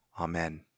Amen